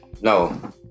No